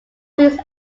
these